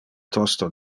tosto